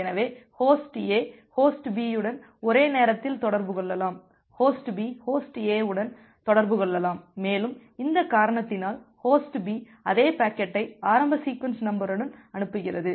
எனவே host A host B உடன் ஒரே நேரத்தில் தொடர்பு கொள்ளலாம் ஹோஸ்ட் B ஹோஸ்ட் A உடன் தொடர்பு கொள்ளலாம் மேலும் இந்த காரணத்தினால் ஹோஸ்ட் B அதே பாக்கெட்டை ஆரம்ப சீக்வென்ஸ் நம்பருடன் அனுப்புகிறது